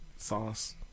Sauce